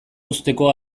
uzteko